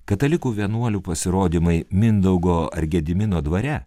katalikų vienuolių pasirodymai mindaugo ar gedimino dvare